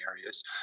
areas